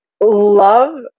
Love